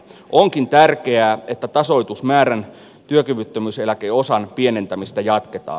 onkin tärkeää että tasoitusmäärän työkyvyttömyyseläkeosan pienentämistä jatketaan